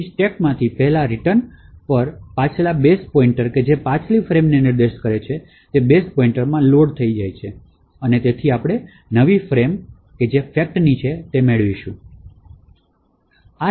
તેથી સ્ટેકમાંથી પહેલા રિટર્ન પર પાછલા બેઝ પોઇન્ટર જે પાછલા ફ્રેમ તરફ નિર્દેશ કરે છે તે બેઝ પોઇન્ટરમાં લોડ થઈ જાય છે અને તેથી આપણે નવી fact ફ્રેમ મેળવીશું